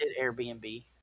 Airbnb